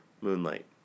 Moonlight